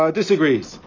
disagrees